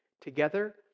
together